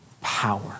power